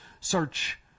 Search